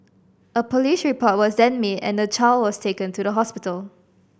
a police report was then made and the child was taken to the hospital